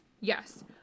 Yes